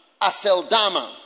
Aseldama